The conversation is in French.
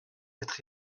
être